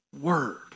word